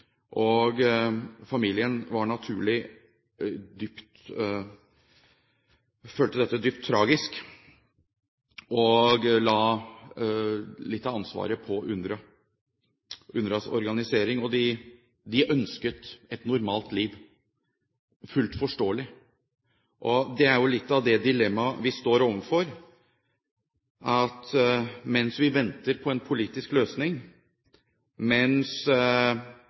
behandling. Familien følte dette, naturlig nok, dypt tragisk, og la litt av ansvaret på UNRWAs organisering. De ønsket et normalt liv – fullt forståelig. Det er litt av det dilemmaet vi står overfor, at mens vi venter på en politisk løsning, mens